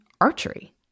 archery